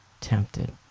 tempted